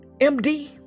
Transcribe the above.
MD